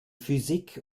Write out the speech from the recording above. physik